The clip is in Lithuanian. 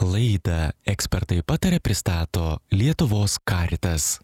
laidą ekspertai pataria pristato lietuvos caritas